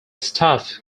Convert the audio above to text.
staff